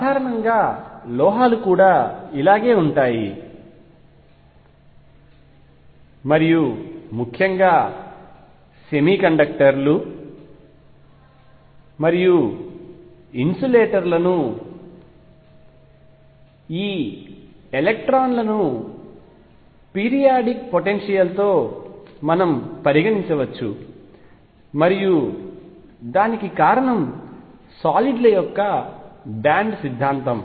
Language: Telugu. సాధారణంగా లోహాలు కూడా ఇలాగే ఉంటాయి మరియు ముఖ్యంగా సెమీకండక్టర్లు మరియు ఇన్సులేటర్ లను ఈ ఎలక్ట్రాన్ ల ను పీరియాడిక్ పొటెన్షియల్ తో పరిగణించవచ్చు మరియు దానికి కారణం సాలిడ్ ల యొక్క బ్యాండ్ సిద్ధాంతం